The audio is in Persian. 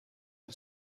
اون